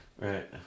Right